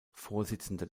vorsitzender